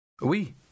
Oui